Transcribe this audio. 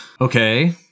okay